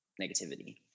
negativity